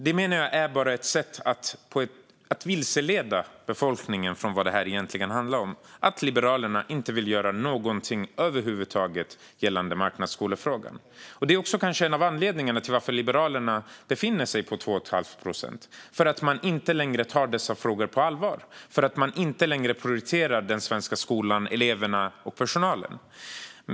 Jag menar att det bara är ett sätt att vilseleda befolkningen om vad detta egentligen handlar om, att Liberalerna inte vill göra någonting över huvud taget gällande marknadsskolefrågan. En av anledningarna till att Liberalerna befinner sig på 2,5 procent kanske är att man inte längre tar dessa frågor på allvar och inte längre prioriterar den svenska skolan, eleverna och personalen.